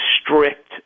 strict